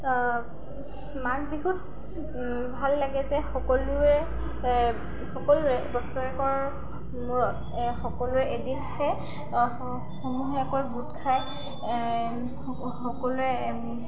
মাঘ বিহুত ভাল লাগে যে সকলোৰে সকলোৰে বছৰেকৰৰ মূৰত সকলোৰে এদিনহে সমূহীয়াকৈ গোট খাই সকলোৱে